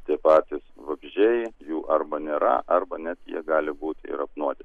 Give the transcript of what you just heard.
tie patys vabzdžiai jų arba nėra arba net jie gali būti ir apnuodyti